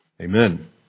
Amen